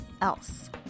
else